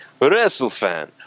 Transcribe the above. WrestleFan